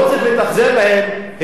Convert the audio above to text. לא צריך להתאכזר אליהם.